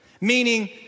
meaning